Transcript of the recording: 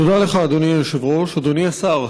תודה לך, אדוני היושב-ראש, אדוני השר,